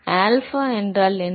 alpha என்றால் என்ன